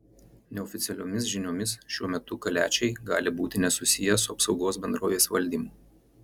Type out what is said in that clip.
neoficialiomis žiniomis šiuo metu kaliačiai gali būti nesusiję su apsaugos bendrovės valdymu